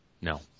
No